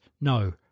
no